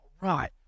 right